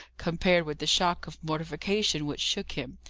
compared with the shock of mortification which shook him,